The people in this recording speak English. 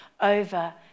over